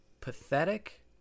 pathetic